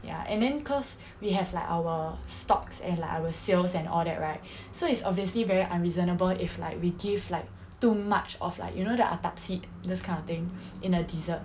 ya and then cause we have like our stocks and like our sales and all that right so it's obviously very unreasonable if like we give like too much of like you know the attap seed those kind of thing in a dessert